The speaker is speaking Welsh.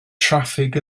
traffig